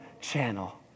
Channel